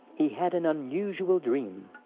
he had an unusual dream.